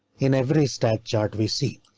in every stat chart we see,